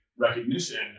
recognition